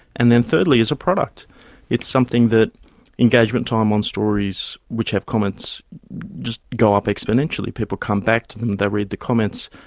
and then thirdly as a product it's something that engagement time on stories which have comments just go up exponentially. people come back to them, they read the comments,